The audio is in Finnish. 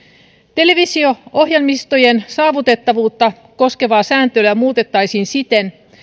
televisio ohjelmistojen saavutettavuutta koskevaa sääntelyä muutettaisiin siten